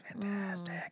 fantastic